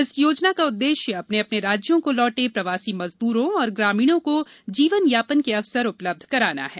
इस योजना का उद्देश्य अपने अपने राज्यों को लौटे प्रवासी मजदूरों और ग्रामीणों को जीवन यापन के अवसर उपलब्ध कराना है